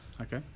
Okay